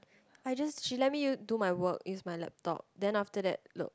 I just she let me use do my work use my laptop then after that look